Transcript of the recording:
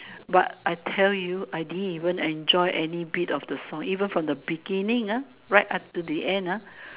but I tell you I didn't even enjoy any bit of the song even from the beginning ah right until the end ah